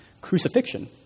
Crucifixion